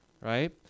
right